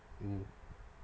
mm